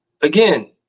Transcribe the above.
again